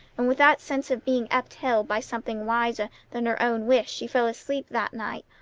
and with that sense of being upheld by something wiser than her own wish she fell asleep that night,